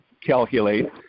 calculate